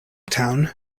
town